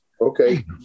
Okay